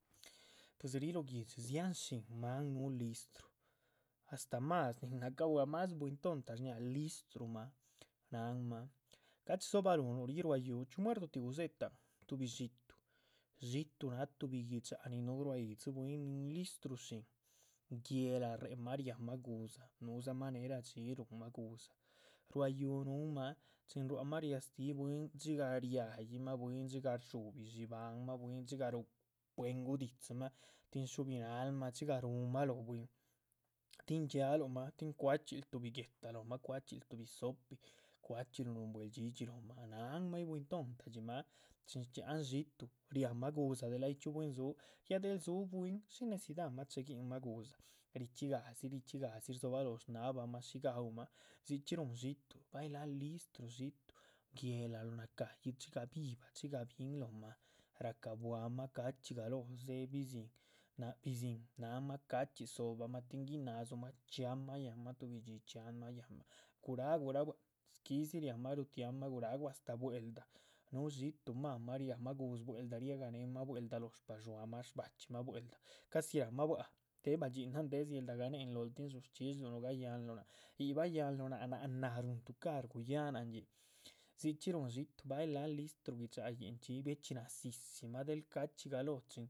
Pues ríh lóh guihdxi dzia´han shín máan núh listru, astáh mas nin naca bua´, mas buintonta shñaa, listruma, náhan ma, gachidzo´balohnuh ríh, yúhu chhíu muerdotih gudze´tahan, tuhbi xiitu, xiitu náh tuhbi gui´dxa nin núh ruá yídzi bwín listru shin, guéhla re´mah ria´mah gu´dza, nuhudzama née. ra´dxí, ruhunma gu´dza, ruá yúhu núhuma chin ruámah riastíh bwín dxígah riayimah bwín, dxígah rdsuhbi dxibáhanma lác bwín, dxígah rúhu puenguh di´dzimah. dxígah rúhunmah lóh bwín, tin dxia´luhmah tin cua´chxiluh tuhbi guéhta lóhma, cua´chxiluh tuhbi so´pi, cua´chxiluh núhu bue´l dhxídhxi lóhma, náhanmah. ay buintonta dxímah, chin shchxíahan xiitu, riáhma gu´dza, del ay chxíu bwín dzú, ya del dzú bwín shí necidamah cheguinmah gu´dza richxígadzi richxígadzi, rdzobaloh shnábamah, shí gáhuma, dzichxi rúhu xiitu, bah yi lác listruh xiitu, guéhla lóh naca´yi, dxigah vivah, dxigah vihn lóhma, racabuahmah. ca´chxí galóh dze´ bizín, náhanma ca´chxí dzóbahma tin guináhdzumah chxiáhnmah yáhnmah, tuhbidxí, chxiáhnmah yáhnmah, guráhguraa bua´c, skídzi, riahma rutiahma. guráhgu, astáh bwel’da, núhu xiitu máhn ma ria´mah gu´dza, astáh bwel’da riehganehma, bwel´da lóh shpadxuámah shba´chxi mah bwel´da, casi ra´cmah bua´c déh. badxínahan, deh dzieldaganehen lóhol, tin dzush chxíshlu, nugayáhnluh náac, yíc bayáhnluh náac, náac náh rúhun tucar guyáhanan yíc, dzichxí rúhun xiitu, bahyi láa. listru gui´dxayin chxí, biechxí nazi´zimah, del ca´chxí galóoh chin.